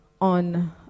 on